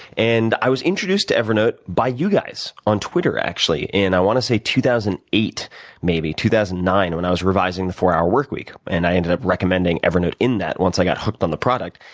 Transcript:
and i was introduced to evernote by you guys on twitter, actually, in i want to say two thousand and eight maybe, two thousand and nine when i was revising the four hour work week. and i ended up recommending evernote in that once i got hooked on the product.